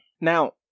Now